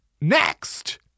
Next